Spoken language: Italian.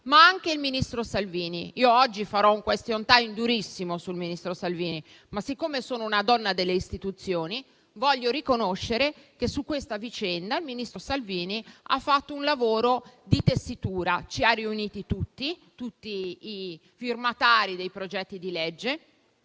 ma anche il ministro Salvini. Oggi pomeriggio nel *question time* sarò durissima con il ministro Salvini, ma, siccome sono una donna delle istituzioni, voglio riconoscere che su questa vicenda il ministro Salvini ha fatto un lavoro di tessitura: ha riunito tutti i firmatari dei progetti di legge;